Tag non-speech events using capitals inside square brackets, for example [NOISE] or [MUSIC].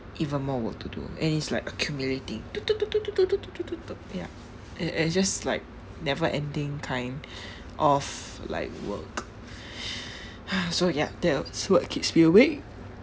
even more work to do and it's like accumulating [NOISE] ya it it's just like never-ending kind [BREATH] of like work [BREATH] so ya that was what keeps me awake